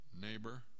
neighbor